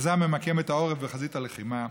וזה הממקם את העורף בחזית הלחימה?